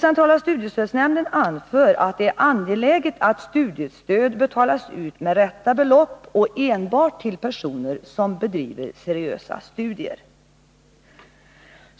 Centrala studiestödsnämnden anför att det är angeläget att studiestöd betalas ut med rätta belopp och enbart till personer som bedriver seriösa studier.